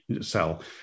sell